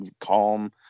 calm